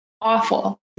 awful